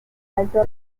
alto